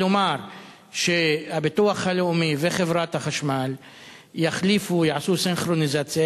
כלומר שהביטוח הלאומי וחברת החשמל יעשו סינכרוניזציה,